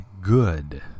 good